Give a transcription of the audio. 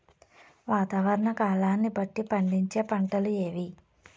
వాతావరణ కాలాన్ని బట్టి పండించే పంటలు ఏవి?